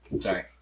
Sorry